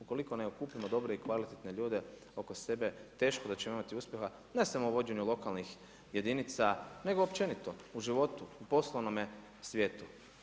Ukoliko ne okupimo dobre i kvalitetne ljude oko sebe, teško da ćemo imati uspjeha, ne samo u vođenju lokalnoj jedinica, nego općenito, u životu, poslovnome svijetu.